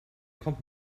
kommt